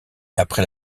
après